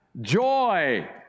joy